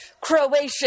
Croatian